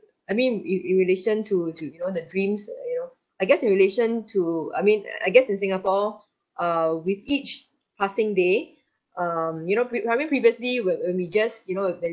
I mean in in relation to to you know the dreams uh you know I guess in relation to I mean I guess in singapore err with each passing day um you know pre~ having previously when when we just you know when